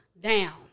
down